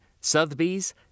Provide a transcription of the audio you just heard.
Sotheby's